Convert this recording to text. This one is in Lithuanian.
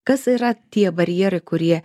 kas yra tie barjerai kurie